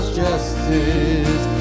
justice